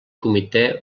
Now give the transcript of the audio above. comitè